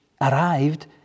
arrived